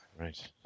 Right